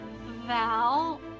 Val